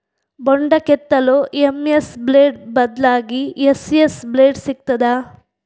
ಬೊಂಡ ಕೆತ್ತಲು MS blade ಬದ್ಲಾಗಿ ಎಸ್.ಎಸ್ ಬ್ಲೇಡ್ ಸಿಕ್ತಾದ?